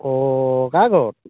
অঁ কাৰ ঘৰত